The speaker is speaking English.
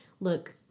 look